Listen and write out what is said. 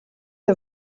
are